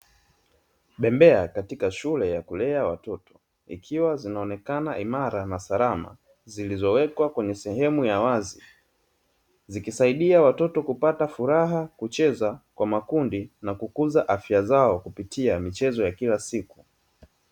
Bembea katika shule ya kulea watoto, ikiwa zinaonekana imara na salama; zilizowekwa kwenye sehemu ya wazi, zikisaidia watoto kupata furaha, kucheza kwa makundi na kukuza afya zao kupitia michezo ya kila siku.